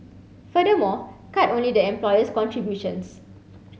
furthermore cut only the employer's contributions